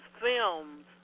films